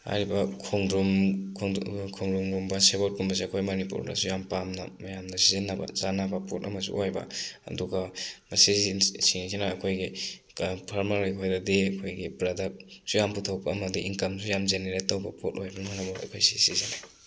ꯍꯥꯏꯔꯤꯕ ꯈꯣꯡꯗ꯭ꯔꯨꯝ ꯈꯣꯡꯗ꯭ꯔꯨꯝꯒꯨꯝꯕ ꯁꯦꯕꯣꯠꯀꯨꯝꯕꯁꯦ ꯑꯩꯈꯣꯏ ꯃꯅꯤꯄꯨꯔꯗꯁꯨ ꯌꯥꯝꯅ ꯄꯥꯝꯅ ꯃꯌꯥꯝꯅ ꯁꯤꯖꯤꯟꯅꯕ ꯆꯥꯅꯕ ꯄꯣꯠ ꯑꯃꯁꯨ ꯑꯣꯏꯕ ꯑꯗꯨꯒ ꯃꯁꯤꯁꯤꯡꯁꯤꯅ ꯑꯩꯈꯣꯏꯒꯤ ꯐꯥꯔꯃꯔ ꯑꯩꯈꯣꯏꯗꯗꯤ ꯑꯩꯈꯣꯏꯒꯤ ꯄ꯭ꯔꯗꯛꯁꯨ ꯌꯥꯝ ꯄꯨꯊꯣꯛꯄ ꯑꯃꯗꯤ ꯏꯟꯀꯝꯁꯨ ꯌꯥꯝ ꯖꯦꯅꯔꯦꯠ ꯇꯧꯕ ꯄꯣꯠ ꯑꯣꯏꯕꯩ ꯃꯔꯝꯅ ꯑꯩꯈꯣꯏ ꯁꯤ ꯁꯤꯖꯤꯟꯅꯩ